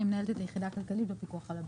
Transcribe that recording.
אני מנהלת את היחידה הכלכלית בפיקוח על הבנקים.